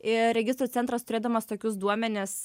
ir registrų centras turėdamas tokius duomenis